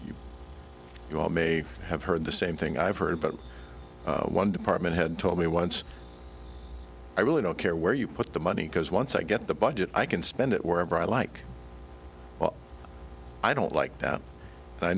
all may have heard the same thing i've heard but one department head told me once i really don't care where you put the money because once i get the budget i can spend it wherever i like what i don't like that i